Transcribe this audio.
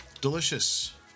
Delicious